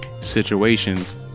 situations